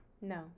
No